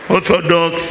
Orthodox